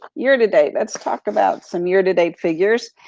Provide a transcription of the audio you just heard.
year to date, let's talk about some year to date figures.